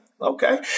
Okay